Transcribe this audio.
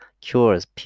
cures